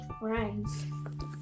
friends